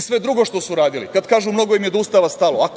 sve drugo što su uradili, kada kažu mnogo im je do Ustava stalo,